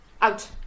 Out